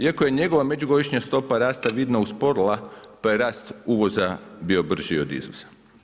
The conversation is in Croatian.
Iako je njegova međugodišnja stopa rasta vidno usporila, pa je rast uvoza bio brži od izvoza.